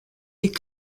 des